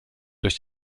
durch